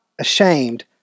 ashamed